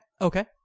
okay